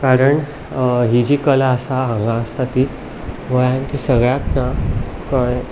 कारण ही जी कला आसा हांगा आसा ती गोंयांत सगळ्यांक ना कळ्ळें